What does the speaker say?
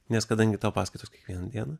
nes kadangi tau paskaitos kiekvieną dieną